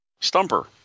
Stumper